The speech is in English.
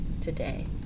today